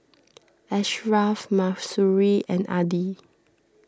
Ashraff Mahsuri and Adi